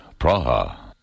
Praha